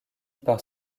par